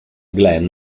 glenn